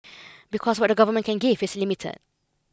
because what the government can give is limited